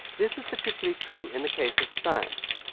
this is particularly true in the case of science.